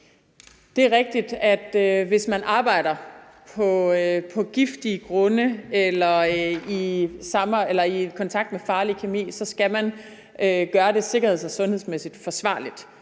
Det er rigtigt, at hvis man arbejder på giftige grunde eller er i kontakt med farlig kemi, skal man gøre det sikkerheds- og sundhedsmæssigt forsvarligt.